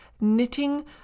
knitting